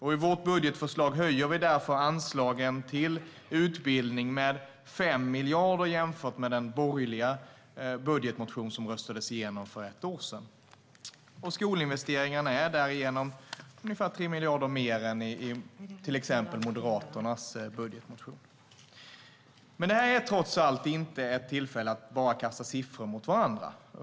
I vårt budgetförslag höjer vi därför anslagen till utbildning med 5 miljarder jämfört med den borgerliga budgetmotion som röstades igenom för ett år sedan. Skolinvesteringarna är därigenom ungefär 3 miljarder mer än i till exempel Moderaternas budgetmotion. Men det här är trots allt inte ett tillfälle att bara kasta siffror på varandra.